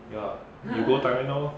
ya you go thailand now lor now